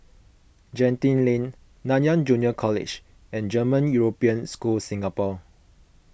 Genting Lane Nanyang Junior College and German European School Singapore